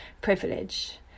privilege